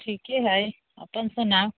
ठीके हइ अपन सुनाउ